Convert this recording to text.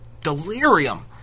delirium